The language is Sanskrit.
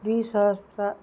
द्विसहस्रतमः